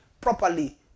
properly